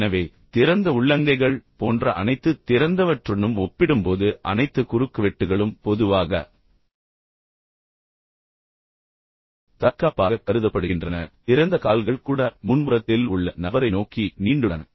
எனவே திறந்த உள்ளங்கைகள் போன்ற அனைத்து திறந்தவற்றுடனும் ஒப்பிடும்போது அனைத்து குறுக்குவெட்டுகளும் பொதுவாக தற்காப்பாகக் கருதப்படுகின்றன திறந்த கால்கள் கூட முன்புறத்தில் உள்ள நபரை நோக்கி நீண்டுள்ளன